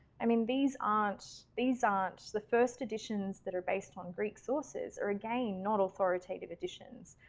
i mean these aren't, these aren't the first editions that are based on greek sources, are again not authoritative editions.